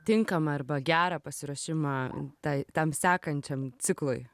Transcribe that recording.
tinkamą arba gerą pasiruošimą tai tam sekančiam ciklui